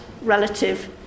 relative